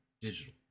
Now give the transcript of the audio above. digital